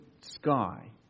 sky